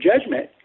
judgment